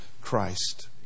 Christ